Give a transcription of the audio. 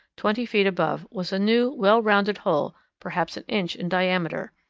twenty feet above, was a new, well-rounded hole perhaps an inch in diameter.